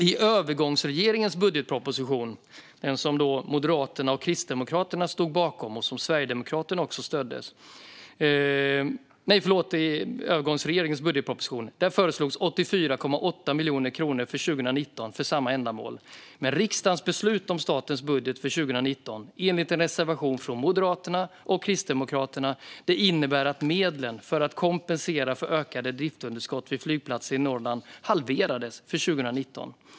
I övergångsregeringens budgetproposition föreslogs 84,8 miljoner kronor för 2019 för samma ändamål. Men riksdagens beslut om statens budget för 2019 enligt en reservation från Moderaterna och Kristdemokraterna innebär att medlen för att kompensera för ökade driftsunderskott vid flygplatser i Norrland halverades för 2019.